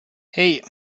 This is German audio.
hei